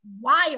wild